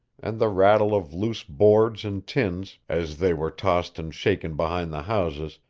and the rattle of loose boards and tins, as they were tossed and shaken behind the houses,